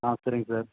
ஆ சரிங்க சார்